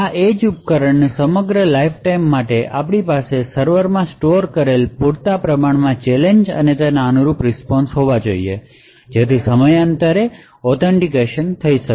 આ એજ ઉપકરણના સમગ્ર લાઇફ ટાઇમ માટે આપણી પાસે સર્વરમાં સ્ટોર કરેલા પૂરતા પ્રમાણમાં ચેલેંજ અને અનુરૂપ રીસ્પોન્શ હોવા જોઈએ જેથી સમયાંતરે ઑથેનટીકેશન થઈ શકે